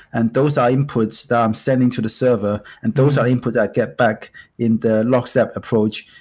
and those are inputs that i'm sending to the server and those are inputs i get back in the lockstep approach,